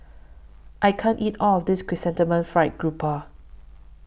I can't eat All of This Chrysanthemum Fried Garoupa